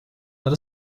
let